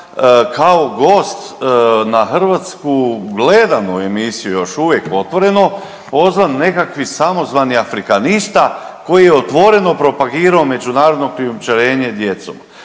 kao gost na hrvatsku gledanu emisiju još uvijek Otvoreno pozvan nekakvi samozvani afrikanista koji je otvoreno propagirao međunarodno krijumčarenje djecom.